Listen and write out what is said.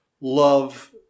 love